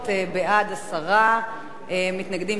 מתנגדים, 36. אני קובעת שהצעת חוק-יסוד: